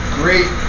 great